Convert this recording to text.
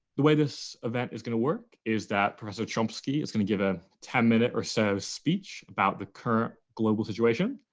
the way this event is going to work is that professor chomsky is going to give a ten minute or so speech about the current global situation,